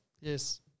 Yes